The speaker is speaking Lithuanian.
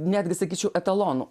netgi sakyčiau etalonų